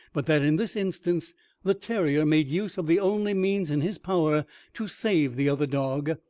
but that in this instance the terrier made use of the only means in his power to save the other dog,